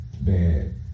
bad